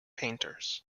painters